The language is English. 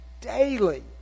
daily